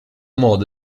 modo